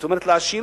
זאת אומרת לעשירים,